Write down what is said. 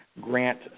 Grant